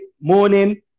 morning